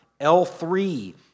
L3